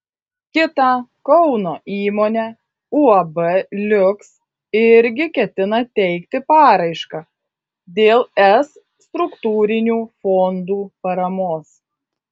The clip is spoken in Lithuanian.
kita kauno įmonė uab liuks irgi ketina teikti paraišką dėl es struktūrinių fondų paramos